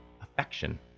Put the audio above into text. affection